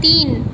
तीन